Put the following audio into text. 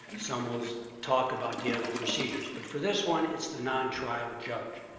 some will talk about the other procedures. but for this one, it's the non-trial judge.